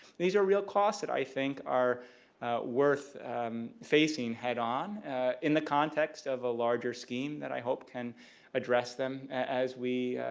these are real costs that i think are worth facing head-on in the context of a larger scheme that i hope can address them as we